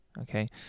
okay